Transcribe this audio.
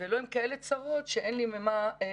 מדובר בענף שמעסיק מעל 200,000 עובדים שנפגע אנושות ממודל